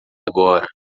agora